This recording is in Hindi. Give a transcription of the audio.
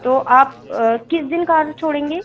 तो आप किस दिन कार छोड़ेंगे